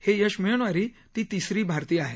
हे यश मिळवणारी ती तिसरी भारतीय आहे